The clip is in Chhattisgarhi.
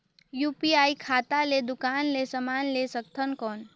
यू.पी.आई खाता ले दुकान ले समान ले सकथन कौन?